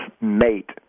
mate